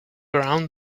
around